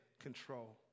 control